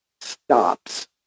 stops